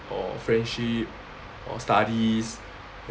or friendship or studies